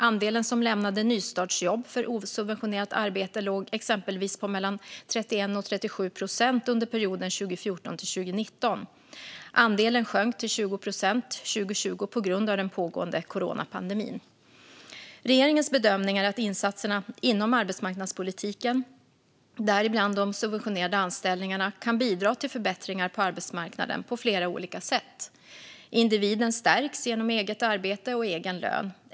Andelen som lämnade nystartsjobb för osubventionerat arbete låg exempelvis på 31-37 procent under perioden 2014-2019. Andelen sjönk till 20 procent 2020 på grund av den pågående coronapandemin. Regeringens bedömning är att insatserna inom arbetsmarknadspolitiken, däribland de subventionerade anställningarna, kan bidra till förbättringar på arbetsmarknaden på flera olika sätt. Individen stärks genom eget arbete och egen lön.